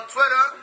Twitter